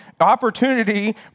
opportunity